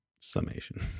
summation